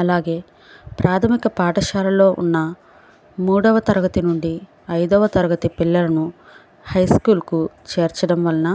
అలాగే ప్రాథమిక పాఠశాలలో ఉన్న మూడవ తరగతి నుండి ఐదవ తరగతి పిల్లలను హై స్కూల్కి చేర్చడం వలన